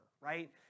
right